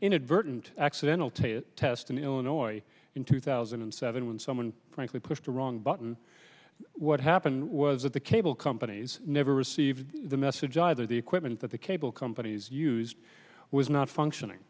inadvertent accidental take it test in illinois in two thousand seven when someone frankly pushed the wrong button what happened was that the cable companies never received the message either the equipment that the cable companies used was not functioning